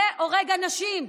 זה הורג אנשים.